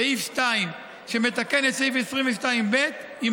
סעיף 2 שמתקן את סעיף 22ב יימחק.